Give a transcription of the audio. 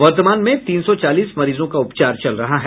वर्तमान में तीन सौ चालीस मरीजों का उपचार चल रहा है